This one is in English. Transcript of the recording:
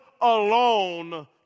alone